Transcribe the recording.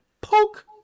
poke